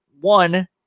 One